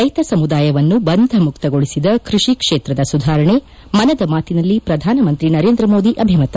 ರೈತ ಸಮುದಾಯವನ್ನು ಬಂಧ ಮುಕ್ತಗೊಳಿಸಿದ ಕೃಷಿ ಕ್ಷೇತ್ರದ ಸುಧಾರಣೆ ಮನದ ಮಾತಿನಲ್ಲಿ ಪ್ರಧಾನಮಂತ್ರಿ ನರೇಂದ್ರ ಮೋದಿ ಅಭಿಮತ